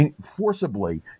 forcibly